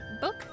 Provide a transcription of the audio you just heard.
Book